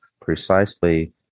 precisely